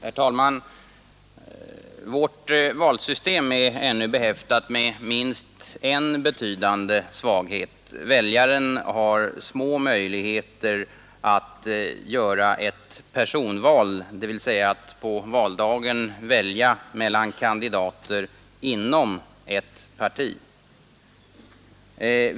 Herr talman! Vårt valsystem är ännu behäftat med minst en betydande jaren har små möjligheter att göra ett personval, dvs. att på valdagen välja mellan kandidater inom ett parti.